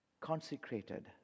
Consecrated